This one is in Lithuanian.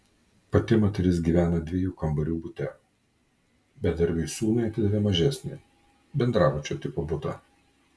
pati moteris gyvena dviejų kambarių bute bedarbiui sūnui atidavė mažesnį bendrabučio tipo butą